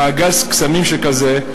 במעגל קסמים שכזה,